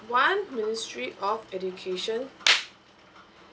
one ministry of education